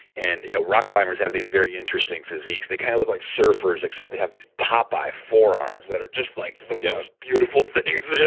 and you know rock climbers have these very interesting physiques. they kind of look like surfers except they have these popeye forearms that are just like the most beautiful things.